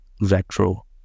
retro